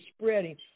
spreading